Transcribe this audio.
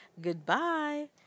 Goodbye